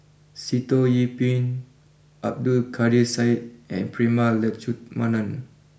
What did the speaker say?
Sitoh Yih Pin Abdul Kadir Syed and Prema Letchumanan